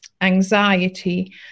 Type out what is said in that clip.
anxiety